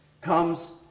comes